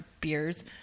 beers